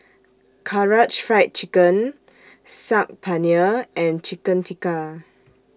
Karaage Fried Chicken Saag Paneer and Chicken Tikka